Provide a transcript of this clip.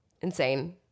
Insane